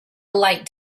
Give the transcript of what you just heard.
light